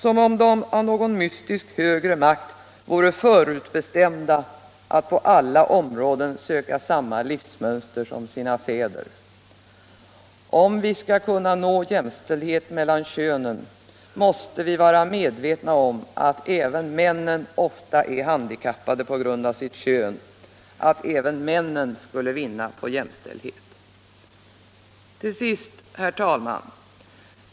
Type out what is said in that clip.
som om de av någon mystisk högre makt vore förutbestämda att på alla områden söka sig samma livsmönster som sina fäder. Om vi skall kunna nå jämställdhet mellan könen, måste vi vara medvetna om att även miännen ofta är handikappade på grund av sitt kön, att även männen skulle vinna på jämställdhet. Till sist, herr talman!